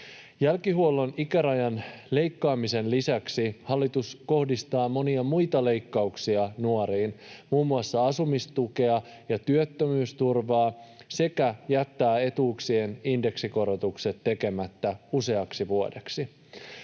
Jälkihuollon ikärajan leikkaamisen lisäksi hallitus kohdistaa monia muita leikkauksia nuoriin, muun muassa asumistukea ja työttömyysturvaa leikataan, sekä jättää etuuksien indeksikorotukset tekemättä useaksi vuodeksi.